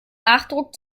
nachdruck